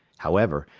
however,